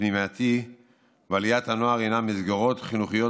פנימייתי ועליית הנוער הם מסגרות חינוכיות